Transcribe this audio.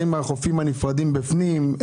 האם החופים הנפרדים בפנים?